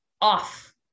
off